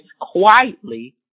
quietly